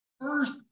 first